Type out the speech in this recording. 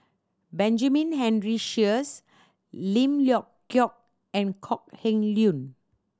Benjamin Henry Sheares Lim Leong Geok and Kok Heng Leun